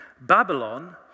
Babylon